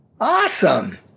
Awesome